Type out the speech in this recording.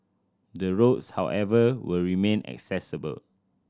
the roads however will remain accessible